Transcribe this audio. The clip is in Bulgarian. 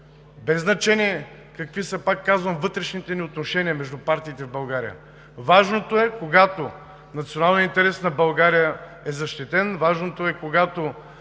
Без значение са, пак казвам, вътрешните ни отношения между партиите в България. Важното е когато националният интерес на България е защитен, важното е когато